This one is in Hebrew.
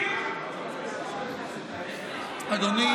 אדוני